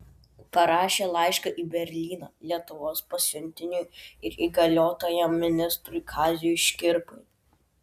parašė laišką į berlyną lietuvos pasiuntiniui ir įgaliotajam ministrui kaziui škirpai